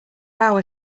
hour